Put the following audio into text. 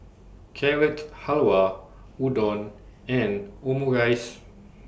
Carrot Halwa Udon and Omurice